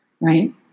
Right